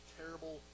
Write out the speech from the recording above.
terrible